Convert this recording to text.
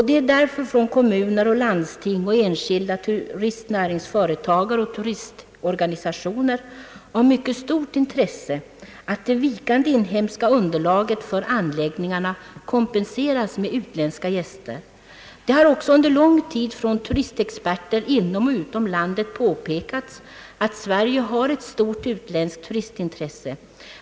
Det är därför för kommuner och landsting, enskilda turistnäringsföretagare och turistorganisationer av mycket stort intresse att det vikande inhemska under laget för anläggningarna kompenseras med utländska gäster. Det har också under lång tid från turistexperter inom och utom landet påpekats, att Sverige har ett stort utländskt turistintresse.